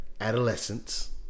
adolescence